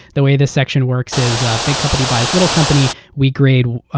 the way this section works is a big company buys little company, we grade,